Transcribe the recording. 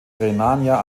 rhenania